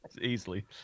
easily